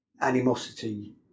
animosity